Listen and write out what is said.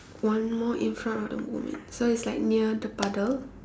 one more in front of the woman so it's like near the puddle